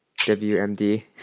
WMD